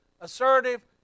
assertive